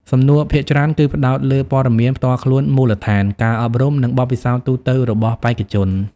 សំណួរភាគច្រើនគឺផ្តោតលើព័ត៌មានផ្ទាល់ខ្លួនមូលដ្ឋាន ការអប់រំ និងបទពិសោធន៍ទូទៅរបស់បេក្ខជន។